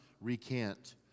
recant